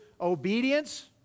obedience